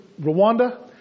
Rwanda